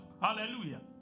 hallelujah